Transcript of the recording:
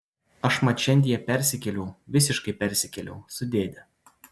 aš mat šiandie persikėliau visiškai persikėliau su dėde